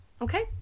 Okay